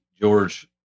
George